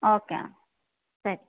okay ಹಾಂ ಸರಿ